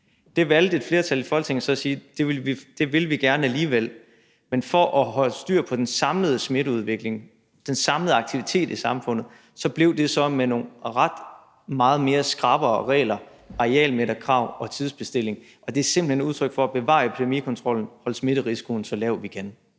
Så valgte et flertal i Folketinget at sige, at det vil vi gerne alligevel. Men for at holde styr på den samlede smitteudvikling, den samlede aktivitet i samfundet, blev det så med nogle ret meget mere skrappe regler om arealmeterkrav og tidsbestilling, og det er simpelt hen et udtryk for, at vi vil bevare epidemikontrollen og holde smitterisikoen så lav, vi kan.